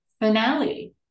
finale